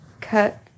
Cut